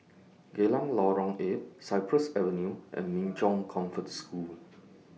Geylang Lorong eight Cypress Avenue and Min Chong Comfort Home